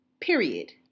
period